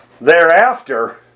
thereafter